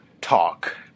talk